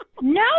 No